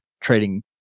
trading